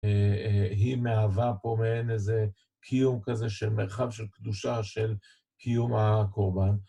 היא מהווה פה מעין איזה קיום כזה של מרחב של קדושה של קיום הקורבן.